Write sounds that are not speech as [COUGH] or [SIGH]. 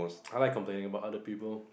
[NOISE] I like complaining about other people